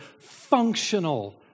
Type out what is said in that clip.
functional